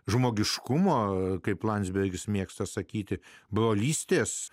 žmogiškumo kaip landsbergis mėgsta sakyti brolystės